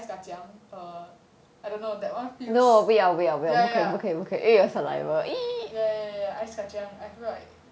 ice kacang err or I don't know that one feels ya ya ya ya ya ice kacang I feel right